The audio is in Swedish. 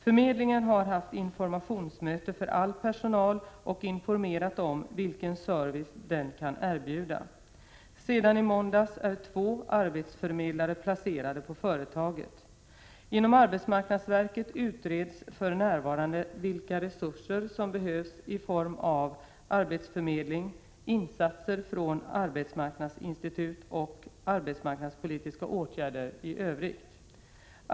Förmedlingen har haft informationsmöte för all personal och informerat om vilken service den kan erbjuda. Sedan i måndags är två arbetsförmedlare placerade på företaget. Inom arbetsmarknadsverket utreds för närvarande vilka resurser som behövs i form av arbetsförmedling, insatser från arbetsmarknadsinstitut och arbetsmarknadspolitiska åtgärder i övrigt.